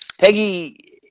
Peggy